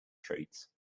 treats